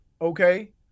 Okay